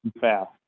fast